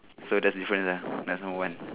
so that's difference uh that's no one